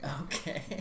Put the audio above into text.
Okay